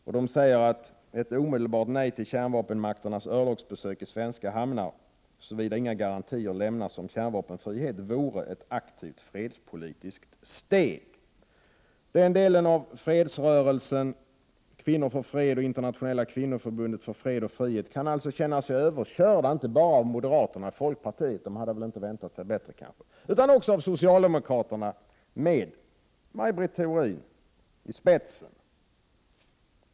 Det sägs också att ett omedelbart nej till kärnvapenmakternas örlogsbesök i svenska hamnar, såvida inga garantier lämnas om kärnvapenfrihet, vore ett aktivt fredspolitiskt steg. Denna del av fredsrörelsen, Kvinnor för fred och Internationella kvinnoförbundet för fred och frihet, kan alltså känna sig överkörd — inte bara av moderaterna och folkpartiet, man kanske inte hade väntat sig annat — utan även av socialdemokraterna med Maj Britt Theorin i spetsen.